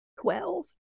Twelve